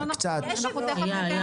מה רצית